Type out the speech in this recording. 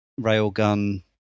railgun